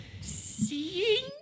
Seeing